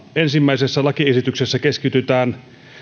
ensimmäisessä lakiesityksessä keskitytään